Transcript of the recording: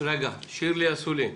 רגע, שירלי אסולין.